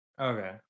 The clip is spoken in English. Okay